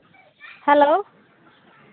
hello